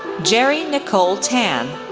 jere nicole tan,